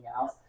out